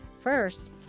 First